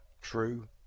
True